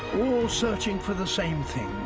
all searching for the same thing.